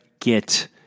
get